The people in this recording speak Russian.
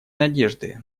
надежды